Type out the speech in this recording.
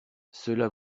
cela